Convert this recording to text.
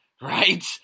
right